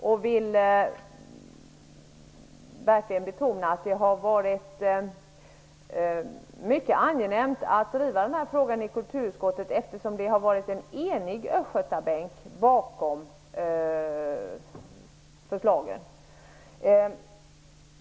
Jag vill också verkligen betona att det har varit mycket angenämt att driva den här frågan i kulturutskottet, eftersom en enig östgötabänk har ställt sig bakom förslagen.